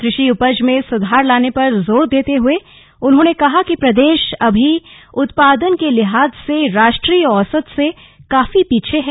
कृषि उपज में सुधार लाने पर जोर देते हुए उन्होंने कहा कि प्रदेश अभी उत्पादन के लिहाज से राष्ट्रीय औसत से काफी पीछे है